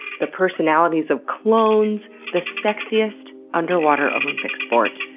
the personalities of clones, the sexiest underwater olympic sport,